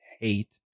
hate